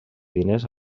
diners